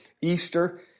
Easter